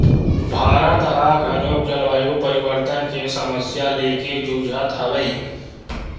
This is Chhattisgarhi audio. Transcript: भारत ह घलोक जलवायु परिवर्तन के समस्या लेके जुझत हवय